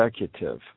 Executive